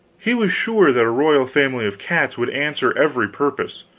he was sure that a royal family of cats would answer every purpose.